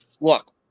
look